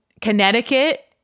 Connecticut